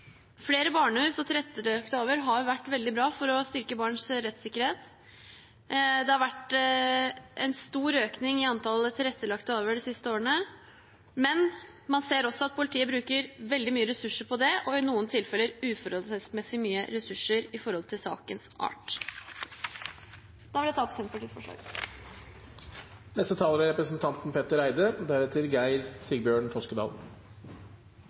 Flere barnehus og tilrettelagte avhør har vært veldig bra for å styrke barns rettssikkerhet. Det har vært en stor økning i antallet tilrettelagte avhør de siste årene, men man ser også at politiet bruker veldig mange ressurser på det, og i noen tilfeller uforholdsmessig mange ressurser i forhold til sakens art. Jeg er selvfølgelig også glad for at vi får denne debatten, selv om det er